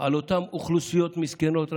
על אותן אוכלוסיות מסכנות.